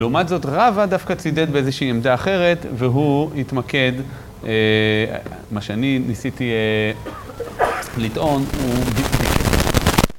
לעומת זאת, רבא דווקא צידד באיזושהי עמדה אחרת, והוא התמקד, מה שאני ניסיתי לטעון, הוא...